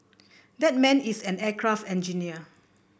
that man is an aircraft engineer